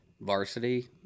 varsity